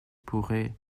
pourraient